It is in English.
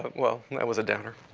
but well, that was a downer.